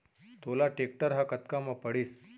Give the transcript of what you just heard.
तोला टेक्टर ह कतका म पड़िस?